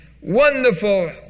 Wonderful